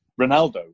Ronaldo